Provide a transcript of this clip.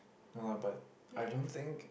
no ah but I don't think